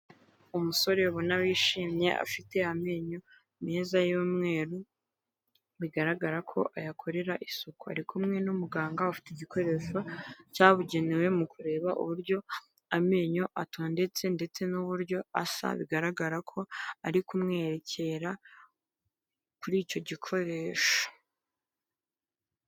Umusore ubona wishimye afite amenyo meza y'umweru bigaragara ko ayakorera isuku ari kumwe n'umuganga ufite igikoresho cyabugenewe mu kureba uburyo amenyo atondetse ndetse n'uburyo asa bigaragara ko ari kumwerekera kuri icyo gikoresho.